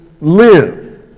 live